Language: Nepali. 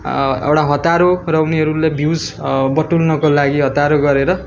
एउटा हतारो र उनीहरूलाई भ्युस बटुल्नको लागि हतारो गरेर